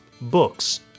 books